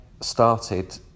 started